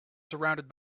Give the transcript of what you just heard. surrounded